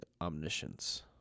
omniscience